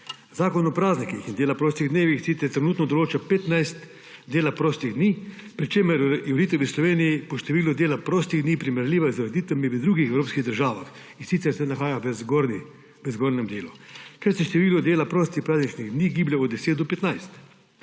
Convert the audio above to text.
Zakon o praznikih in dela prostih dnevih sicer trenutno določa 15 dela prostih dni, pri čemer je ureditev v Sloveniji po številu dela prostih dni primerljiva z ureditvami v drugih evropskih državah, in sicer se nahaja v zgornjem delu, kjer se število dela prostih prazničnih dni giblje od 10 do 15.